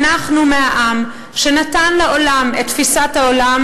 אנחנו מהעם שנתן לעולם את תפיסת העולם